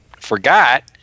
forgot